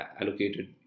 allocated